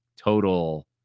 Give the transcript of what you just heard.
total